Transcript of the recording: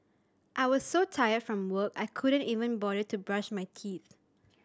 I was so tired from work I couldn't even bother to brush my teeth